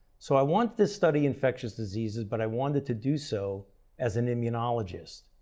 so i wanted to study infectious diseases but i wanted to do so as an immunologist.